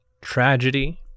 tragedy